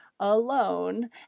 alone